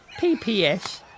PPS